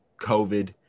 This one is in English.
COVID